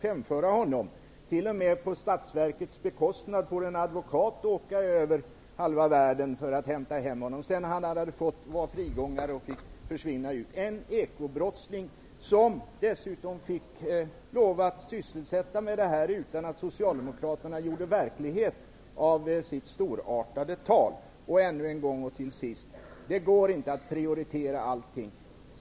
Statsverket har t.o.m. fått bekosta att en advokat har fått åka över halva världen för att hämta hem honom, sedan han tillåtits bli frigångare och kunna försvinna ut ur landet. Det var en ekobrottsling som fick ägna sig åt sin sysselsättning utan att Socialdemokraterna gjorde verklighet av sitt storartade tal. Än en gång: Det går inte att prioritera allting.